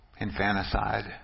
infanticide